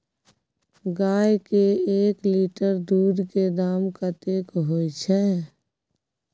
गाय के एक लीटर दूध के दाम कतेक होय छै?